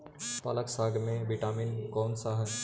पालक साग में विटामिन कौन सा है?